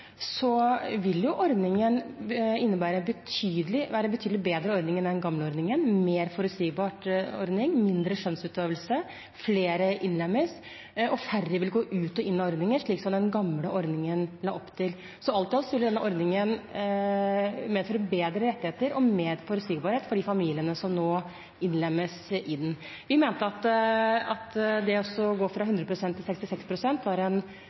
vil være en betydelig bedre ordning enn den gamle ordningen – en mer forutsigbar ordning, mindre skjønnsutøvelse, flere innlemmes, og færre vil gå ut og inn av ordningen slik som den gamle ordningen la opp til. Så alt i alt vil denne ordningen medføre bedre rettigheter og mer forutsigbarhet for de familiene som nå innlemmes i den. Vi mente at å gå fra 100 pst. til 66 pst. var